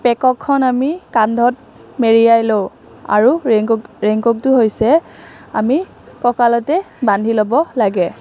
পেককখন আমি কান্ধত মেৰিয়াই লওঁ আৰু ৰিংকক ৰিংককটো হৈছে আমি কঁকালতে বান্ধি ল'ব লাগে